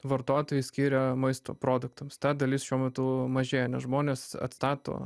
vartotojai skiria maisto produktams ta dalis šiuo metu mažėja nes žmonės atstato